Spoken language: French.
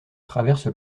traverse